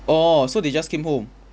orh so they just came home